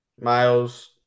Miles